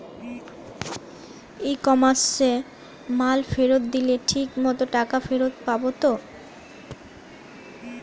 ই কমার্সে মাল ফেরত দিলে ঠিক মতো টাকা ফেরত পাব তো?